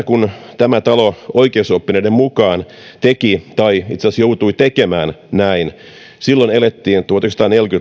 kun tämä talo oikeusoppineiden mukaan teki tai itse asiassa joutui tekemään näin elettiin tuhatyhdeksänsataaneljäkymmentä